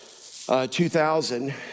2000